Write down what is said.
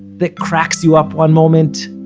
that cracks you up one moment,